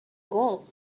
gold